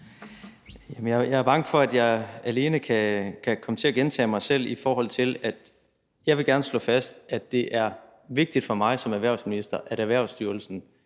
Jeg er bange for, at jeg alene kan komme til at gentage mig selv. Jeg vil gerne slå fast, er det er vigtigt for mig som erhvervsminister, at Erhvervsstyrelsen